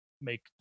make